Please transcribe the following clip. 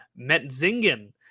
Metzingen